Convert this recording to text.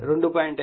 5 KV